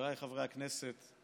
חבריי חברי הכנסת,